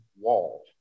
wall